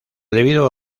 debido